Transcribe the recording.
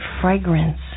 fragrance